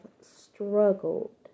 struggled